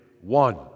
one